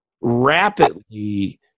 rapidly